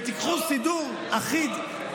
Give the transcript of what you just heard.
וקחו סידור אחיד,